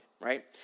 right